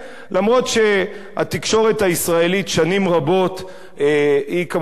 אף שהתקשורת הישראלית שנים רבות כמובן לא